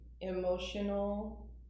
emotional